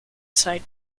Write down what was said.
side